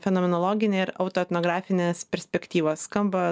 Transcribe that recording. fenomenologinė ir autoetnografinės perspektyvos skamba